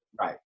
Right